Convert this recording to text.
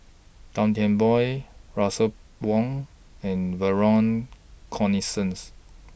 Gan Thiam Poh Russel Wong and Vernon Cornelius